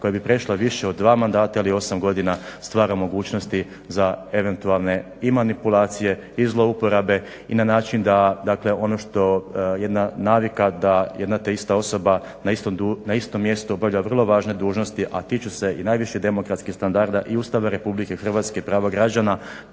koja bi prešla više od dva mandata ili 8 godina stvara mogućnosti za eventualne i manipulacije i zlouporabe i na način da ono što jedna navika da jedna te ista osoba na istom mjestu obavlja vrlo važne dužnosti, a tiču se i najviših demokratskih standarda i Ustava Republike Hrvatske, prava građana,